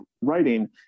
writing